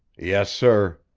yes, sir.